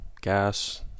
gas